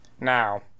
Now